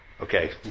Okay